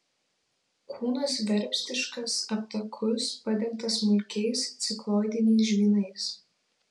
kūnas verpstiškas aptakus padengtas smulkiais cikloidiniais žvynais